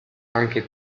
anche